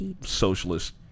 socialist